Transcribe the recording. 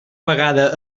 vegada